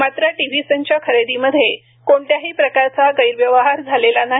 मात्र टिव्ही संच खरेदीमध्ये कोणत्याही प्रकारचा गैरव्यवहार झालेला नाही